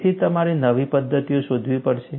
તેથી તમારે નવી પદ્ધતિઓ શોધવી પડશે